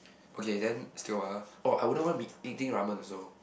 okay then still got what ah oh I wouldn't want to be eating ramen also